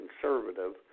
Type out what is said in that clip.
conservative